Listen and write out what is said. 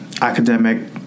academic